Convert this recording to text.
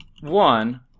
one